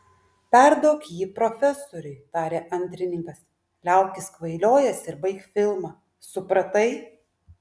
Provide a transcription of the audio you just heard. perduok jį profesoriui tarė antrininkas liaukis kvailiojęs ir baik filmą supratai